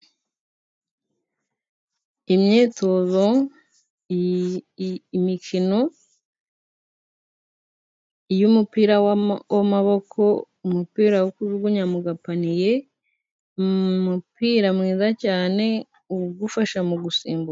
Imyitozo, imikino y'umupirama w'amaboko, umupira wo kujugunya mu gapaniye, umupira mwiza cyane ugufasha mu gusimbuka.